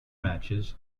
matches